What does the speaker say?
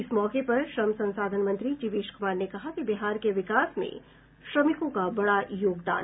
इस मौके पर श्रम संसाधन मंत्री जीवेश कुमार ने कहा कि बिहार के विकास में श्रमिकों का बड़ा योगदान है